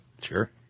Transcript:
Sure